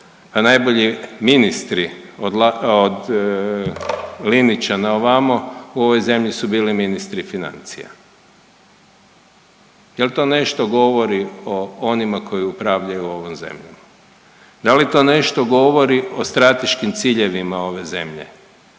najbolji ministri od Linića naovamo u ovoj zemlji su bili ministri financija. Jel to nešto govori o onima koji upravljaju ovom zemljom? Da li to nešto govori o strateškim ciljevima ove zemlje?